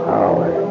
Power